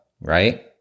right